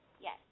Yes